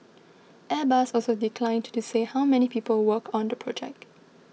Airbus also declined to say how many people work on the project